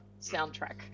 soundtrack